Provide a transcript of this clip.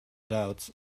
doubts